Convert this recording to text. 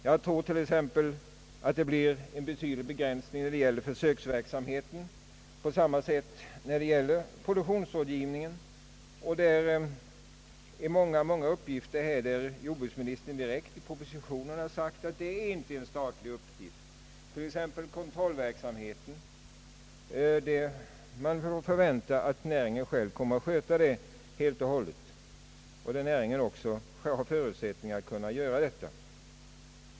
Jag tror t.ex. att en väsentlig begränsning blir nödvändig när det gäller försöksverksamheten och produktionsrådgivningen. Jordbruksministern har direkt sagt i propositionen, att t.ex. kontrollverksamheten inte är någon statlig uppgift utan att man förväntar att näringen själv kommer att sköta den helt och hållet — näringen har också förutsättningar att göra detta.